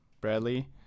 Bradley